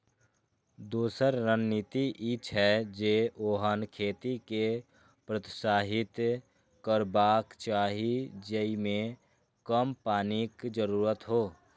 दोसर रणनीति ई छै, जे ओहन खेती कें प्रोत्साहित करबाक चाही जेइमे कम पानिक जरूरत हो